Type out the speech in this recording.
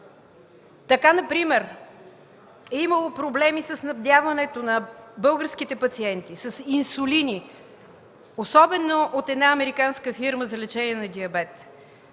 Така например е имало проблеми със снабдяването на българските пациенти с инсулини, особено от една американска фирма за лечение на диабет.